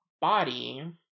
body